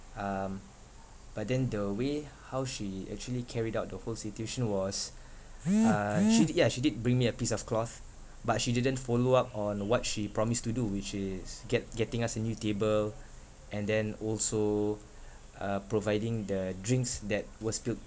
um but then the way how she actually carried out the whole situation was uh she did ya she did bring me a piece of cloth but she didn't follow up on what she promised to do which is get~ getting us a new table and then also uh providing the drinks that were spilled